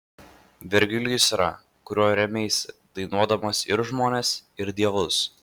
vergilijus yra kuriuo rėmeisi dainuodamas ir žmones ir dievus